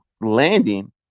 landing